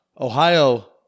ohio